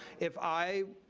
if i,